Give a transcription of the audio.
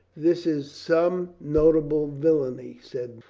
this is some notable villainy, said